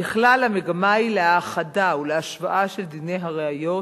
ככלל, המגמה היא האחדה והשוואה של דיני הראיות,